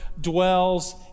dwells